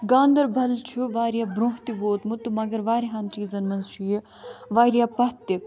گاندَربَل چھُ واریاہ برٛونٛہہ تہِ ووٗتمُت تہٕ مگر واریاہَن چیٖزَن منٛز چھُ یہِ واریاہ پَتھ تہِ